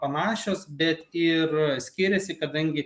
panašios bet ir skiriasi kadangi